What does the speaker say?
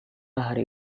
hari